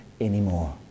anymore